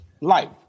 life